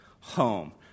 home